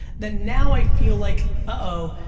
then now i feel like oh,